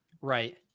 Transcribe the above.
Right